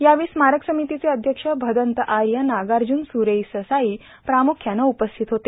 यावेळी स्मारक समितीचे अध्यक्ष भदंत आर्य नागार्जून स्रेई ससाई प्राम्ख्याने उपस्थित होते